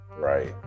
right